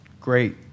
great